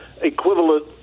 equivalent